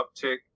uptick